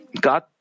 God